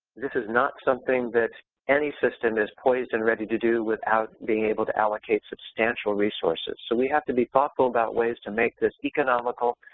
this is not something that any system is poised and ready to do without being able to allocate substantial resources. so we have to be thoughtful about ways to make this economical,